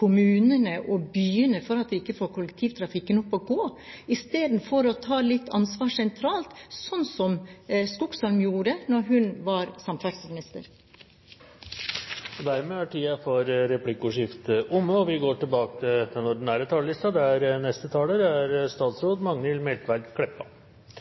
kommunene og byene for at de ikke får kollektivtrafikken opp og gå, istedenfor å ta litt ansvar sentralt, sånn som Skogsholm gjorde da hun var samferdselsminister. Replikkordskiftet er dermed omme. Nasjonal transportplan 2010–2019 stakar ut kursen for samferdsel i Noreg for ein tiårsperiode. Historisk høge økonomiske rammer, eit statsbudsjett for 2011 med auka løyvingar, ei opptrapping i den